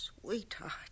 sweetheart